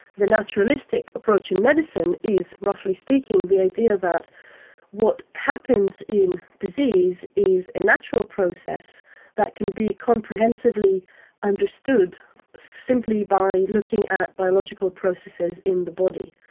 the naturalistic approach in medicine is, roughly speaking, the idea that what happens in disease is a natural process that can be comprehensively understood simply by looking at biological processes in the body.